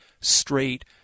straight